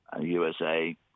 USA